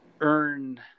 earn